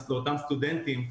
לאותם סטודנטים.